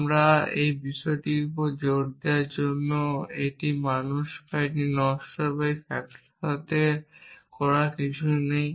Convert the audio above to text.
আবার এই বিষয়টির উপর জোর দেওয়ার জন্য যে এটি মানুষ বা এটি নশ্বর এই ফ্যাক্টরের সাথে কিছুই করার নেই